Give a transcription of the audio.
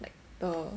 like err